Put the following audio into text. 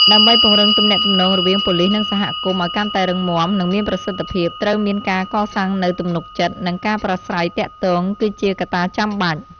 ដើម្បីពង្រឹងទំនាក់ទំនងរវាងប៉ូលីស និងសហគមន៍ ឲ្យកាន់តែរឹងមាំ និងមានប្រសិទ្ធភាព ត្រូវមានការកសាងនូវទំនុកចិត្ត និងការប្រាស្រ័យទាក់ទង គឺជាកត្តាចាំបាច់។